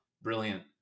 brilliant